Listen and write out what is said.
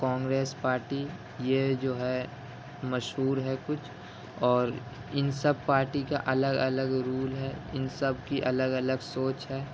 Congress party یہ جو ہے مشہور ہے کچھ اور اِن سب پارٹی کا الگ الگ رول ہے اِن سب کی الگ الگ سوچ ہے